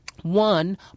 One